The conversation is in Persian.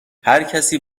هرکسی